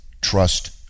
Trust